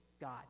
God